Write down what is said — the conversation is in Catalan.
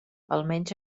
almenys